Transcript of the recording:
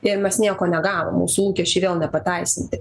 ir mes nieko negavom mūsų lūkesčiai vėl nepateisinti